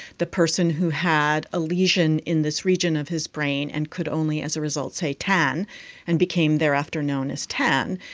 the person who had a lesion in this region of his brain and could only as a result say tan and became thereafter known as tan.